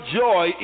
joy